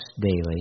daily